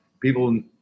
People